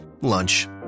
Lunch